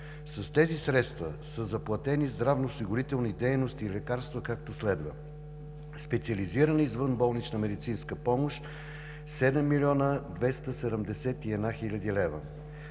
С тези средства са заплатени здравноосигурителни дейности и лекарства както следва: специализирана извънболнична медицинска помощ – 7 млн. 271 хил. лв.;